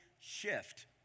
shift